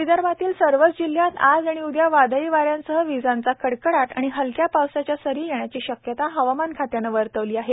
हवामान विदर्भातील सर्वच जिल्ह्यात आज आणि उदया वादळी वाऱ्यासाह वीजांचा कडकडाट आणि हलक्या पावसाच्या सरी येण्याची शक्यता हवामान खात्याने वर्तवली आहे